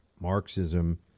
Marxism